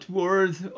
worth